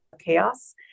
chaos